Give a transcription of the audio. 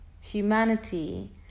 humanity